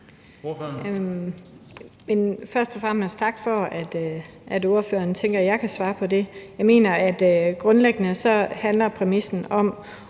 Først og fremmest tak for, at ordføreren tænker, at jeg kan svare på det. Jeg mener, at præmissen grundlæggende handler om, om